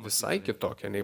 visai kitokie nei